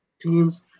teams